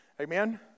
Amen